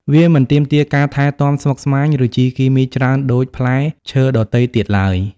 វាមិនទាមទារការថែទាំស្មុគស្មាញ ឬជីគីមីច្រើនដូចផ្លែឈើដទៃទៀតឡើយ។